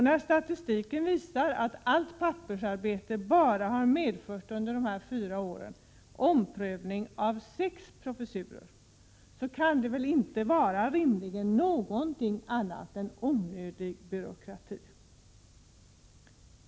När statistiken visar att allt pappersarbete under de fyra åren bara har medfört omprövning av sex professurer, kan det rimligen inte vara något annat än onödig byråkrati.